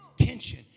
tension